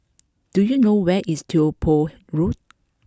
do you know where is Tiong Poh Road